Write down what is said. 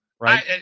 right